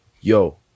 yo